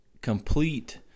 complete